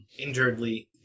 injuredly